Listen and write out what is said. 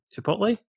Chipotle